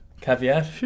caveat